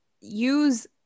use